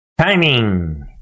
Timing